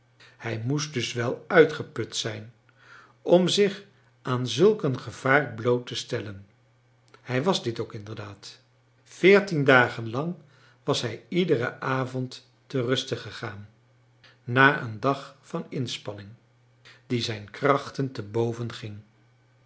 hij moest dus wel uitgeput zijn om zich aan zulk een gevaar bloot te stellen hij was dit ook inderdaad veertien dagen lang was hij iederen avond te ruste gegaan na een dag van inspanning die zijn krachten te boven ging